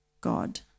God